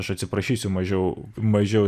aš atsiprašysiu mažiau mažiau